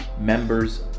members